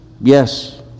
Yes